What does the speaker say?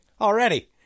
already